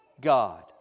God